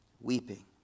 weeping